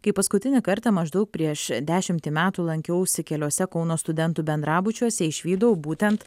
kai paskutinį kartą maždaug prieš dešimtį metų lankiausi keliuose kauno studentų bendrabučiuose išvydau būtent